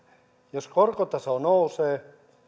jos korkotaso nousee